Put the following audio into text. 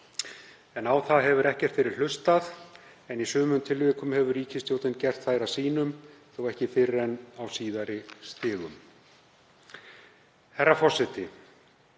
en á það hefur ekkert verið hlustað. En í sumum tilvikum hefur ríkisstjórnin gert þær að sínum, þó ekki fyrr en á síðari stigum. Herra forseti.